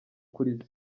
kuri